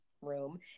room